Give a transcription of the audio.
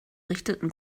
richteten